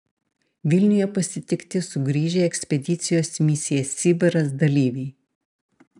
vilniuje pasitikti sugrįžę ekspedicijos misija sibiras dalyviai